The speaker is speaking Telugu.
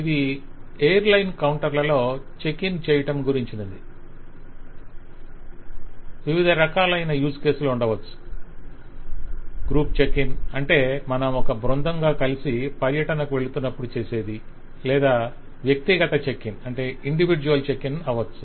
ఇది ఎయిర్ లైన్ కౌంటర్లో చెక్ ఇన్ చేయడం గురించినది వివిధ రకాలైన యూస్ కేసులు ఉండవచ్చు - గ్రూప్ చెక్ ఇన్ అంటే మనము ఒక బృందంగా కలిసి ఒక పర్యటనకు వెళుతున్నప్పుడు చేసేది లేదా వ్యక్తిగత చెక్ ఇన్ అవవచ్చు